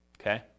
Okay